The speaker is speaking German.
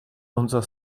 unser